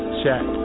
check